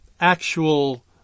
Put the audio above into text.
actual